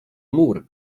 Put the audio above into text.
mur